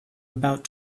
about